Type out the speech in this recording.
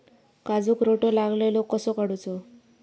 काजूक रोटो लागलेलो कसो काडूचो?